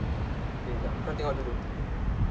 okay jap kau tengok dulu